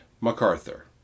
MacArthur